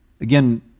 again